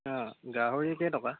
গাহৰি কেইটকা